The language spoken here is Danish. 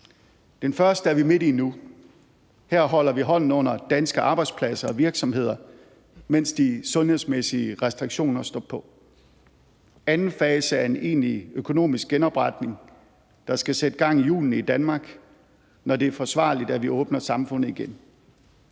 Den første er vi midt i nu. Her holder vi hånden under danske arbejdspladser og virksomheder, mens de sundhedsmæssige restriktioner står på. Anden fase er en egentlig økonomisk genopretning, der skal sætte gang i hjulene i Danmark, når det er forsvarligt, at vi åbner samfundet igen.